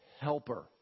helper